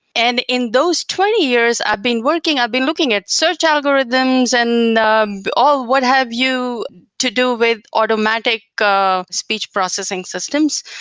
and in those twenty years, i've been working, i've been looking at search algorithms and all what have you to do with automatic speech processing systems,